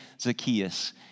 Zacchaeus